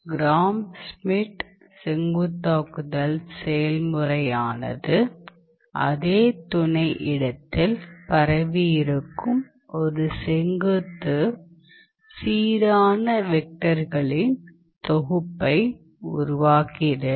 gram Schmidt செங்குத்தாக்குதல் செயல்முறையானது அதே துணை இடத்தில் பரவியிருக்கும் ஒரு செங்குத்து சீரான வெக்டர்களின் தொகுப்பை உருவாக்குகிறது